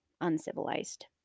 uncivilized